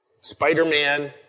Spider-Man